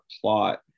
plot